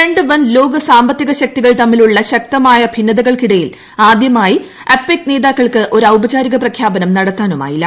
രണ്ട് ലോക സാമ്പത്തിക ശക്തികൾ തമ്മിലുള്ള വൻ ശക്തമായ ഭിന്നതകൾക്കിടയിൽ ആദ്യമായി അപെക് നേതാക്കൾക്ക് ഒരു ഔപചാരിക നടത്താനുമായില്ല